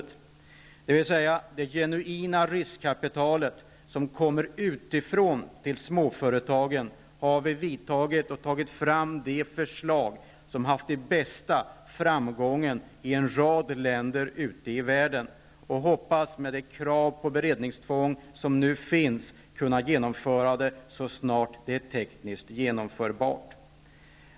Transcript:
När det gäller det genuina riskkapitalet, som kommer utifrån till småföretagen, har vi tagit fram förslag som haft den bästa framgången i en rad länder ute i världen. Med det beredningstvång som finns, hoppas vi kunna genomföra förslagen så snart det är tekniskt möjligt.